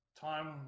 time